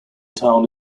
town